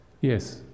yes